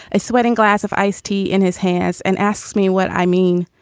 a sweating glass of ice tea in his hands, and asks me what i mean.